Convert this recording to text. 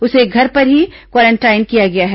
उसे घर पर ही क्वारेंटाइन किया गया है